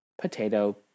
Potato